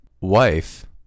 wife